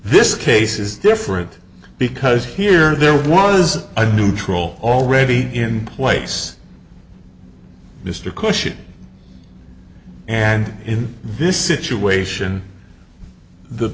this case is different because here there was a neutral already in place mr caution and in this situation the